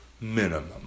minimum